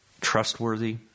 trustworthy